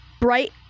bright